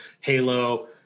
Halo